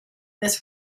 this